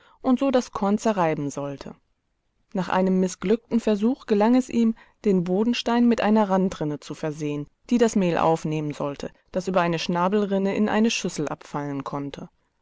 und so das korn zerreiben sollte nach einem mißglückten versuch gelang es ihm den bodenstein mit einer randrinne zu versehen die das mehl aufnehmen sollte das über eine schnabelrinne in eine schüssel abfallen konnte